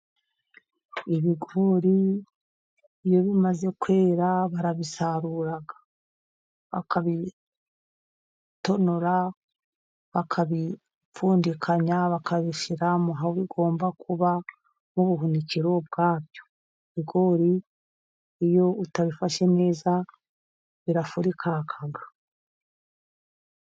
Ibigori iyo bimaze kwera barabisarura, bakabitonora, bakabipfundikanya, bakabishyira aho bigomba kuba nk'ubuhunikiro bwabyo, ibigori iyo utabifashe neza birafurikanga.